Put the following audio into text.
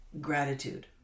gratitude